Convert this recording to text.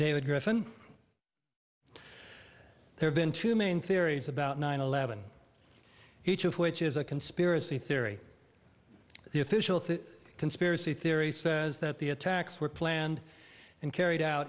david grossman there's been two main theories about nine eleven each of which is a conspiracy theory the official conspiracy theory says that the attacks were planned and carried out